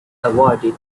awarded